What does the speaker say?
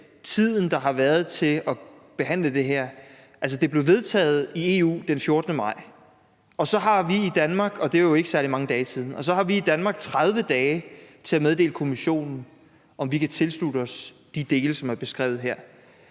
den 14. maj, og det er jo ikke særlig mange dage siden, og så har vi i Danmark 30 dage til at meddele Kommissionen, om vi kan tilslutte os de dele, som er beskrevet her.